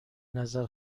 نظر